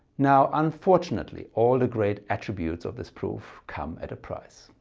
now unfortunately all the great attributes of this proof come at a price.